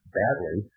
badly